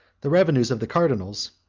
the revenues of the cardinals,